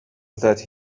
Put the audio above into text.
that